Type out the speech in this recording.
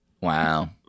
Wow